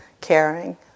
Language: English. caring